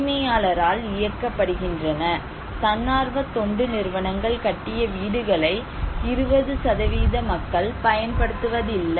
உரிமையாளரால் இயக்கப்படுகின்றன தன்னார்வ தொண்டு நிறுவனங்கள் கட்டிய வீடுகளை 20 மக்கள் பயன்படுத்துவதில்லை